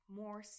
more